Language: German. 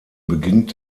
beginnt